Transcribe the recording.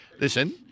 Listen